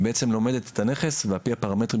היא בעצם לומדת את הנכס ועל פי הפרמטרים